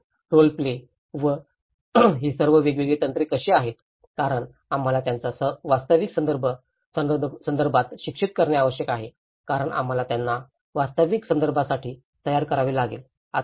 models role play व ही सर्व वेगवेगळी तंत्रे कशी आहेत कारण आम्हाला त्यांना वास्तविक संदर्भात शिक्षित करणे आवश्यक आहे कारण आम्हाला त्यांना वास्तविक संदर्भासाठी तयार करावे लागेल